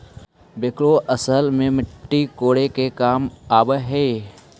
backhoe असल में मट्टी कोड़े के काम आवऽ हई